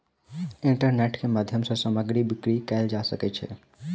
internet के माध्यम सॅ सामग्री बिक्री कयल जा सकै छै